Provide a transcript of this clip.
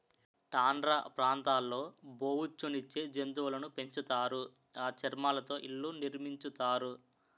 tundra ప్రాంతాల్లో బొఉచ్చు నిచ్చే జంతువులును పెంచుతారు ఆ చర్మాలతో ఇళ్లు నిర్మించుతారు